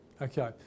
Okay